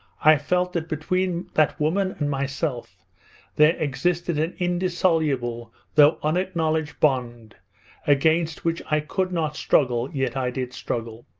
i felt that between that woman and myself there existed an indissoluble though unacknowledged bond against which i could not struggle, yet i did struggle.